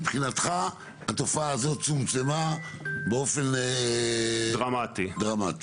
מבחינתך התופעה הזאת צומצמה באופן דרמטי.